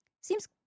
seems